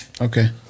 Okay